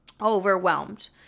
Overwhelmed